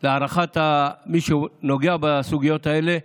להערכת מי שנוגע בסוגיות האלה,